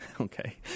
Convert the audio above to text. okay